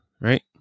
Right